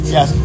Yes